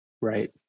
Right